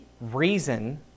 reason